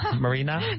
Marina